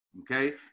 okay